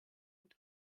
und